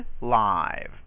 live